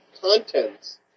contents